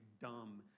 dumb